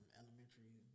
elementary